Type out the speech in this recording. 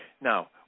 Now